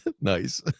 Nice